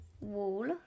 wall